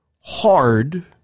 hard